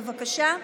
בבקשה.